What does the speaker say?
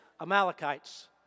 Amalekites